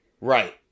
Right